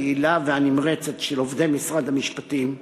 היעילה והנמרצת של עובדי משרד המשפטים,